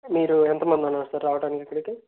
మీరు ఎంతమంది ఉన్నారు సార్ రావడానికి ఇక్కడికి